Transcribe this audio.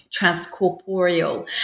transcorporeal